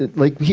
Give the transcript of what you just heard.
like,